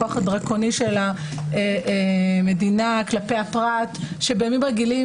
הכוח הדרקוני של המדינה כלפי הפרט שבימים רגילים